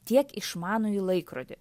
tiek išmanųjį laikrodį